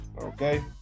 Okay